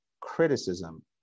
criticism